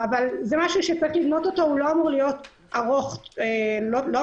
זה משהו שצריך לבנות אותו והוא לא אמור לארוך זמן רב.